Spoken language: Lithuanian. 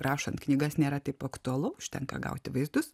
rašant knygas nėra taip aktualu užtenka gauti vaizdus